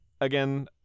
Again